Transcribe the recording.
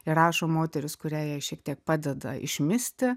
ir rašo moteris kuria jai šiek tiek padeda išmisti